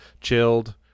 chilled